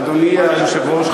אדוני היושב-ראש,